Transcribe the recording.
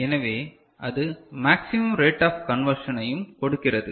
எனவே அது maximum rate of கன்வர்ஷனையும் கொடுக்கிறது